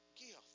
gift